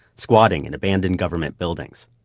squatting in abandoned government buildings.